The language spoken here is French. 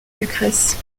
lucrèce